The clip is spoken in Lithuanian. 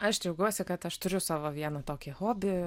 aš džiaugiuosi kad aš turiu savo vieną tokį hobį